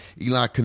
Eli